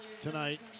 tonight